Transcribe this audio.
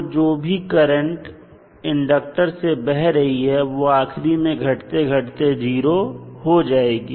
तो जो भी करंट इंडक्टर से बह रही है वह आखिर में घटते घटते 0 हो जाएगी